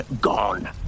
gone